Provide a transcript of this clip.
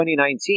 2019